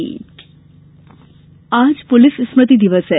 police स्मृति दिवस आज पुलिस स्मृति दिवस है